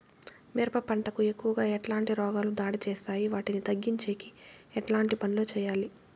మిరప పంట కు ఎక్కువగా ఎట్లాంటి రోగాలు దాడి చేస్తాయి వాటిని తగ్గించేకి ఎట్లాంటి పనులు చెయ్యాలి?